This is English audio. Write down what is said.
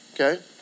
okay